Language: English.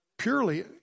purely